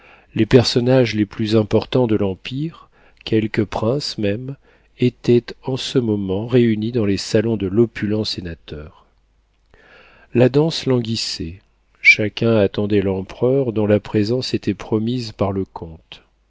les personnages les plus importants de l'empire quelques princes même étaient en ce moment réunis dans les salons de l'opulent sénateur la danse languissait chacun attendait l'empereur dont la présence était promise par le comte